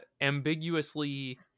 ambiguously